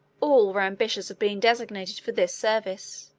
all were ambitious of being designated for this service.